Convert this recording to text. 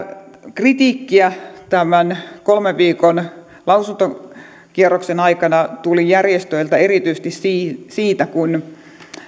kritiikkiä tämän kolmen viikon lausuntokierroksen aikana tuli järjestöiltä erityisesti siitä siitä kun